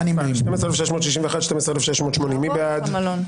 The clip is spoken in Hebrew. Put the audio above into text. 12,601 עד 12,620, מי בעד?